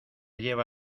lleva